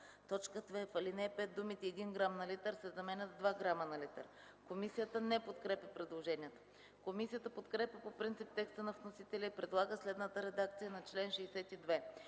2. В ал. 5 думите „1 грам на литър” се заменят с „2 грама на литър”. Комисията не подкрепя предложението. Комисията подкрепя по принцип текста на вносителя и предлага следната редакция на чл. 62: